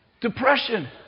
depression